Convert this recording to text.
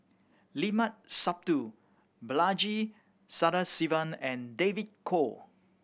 Limat Sabtu Balaji Sadasivan and David Kwo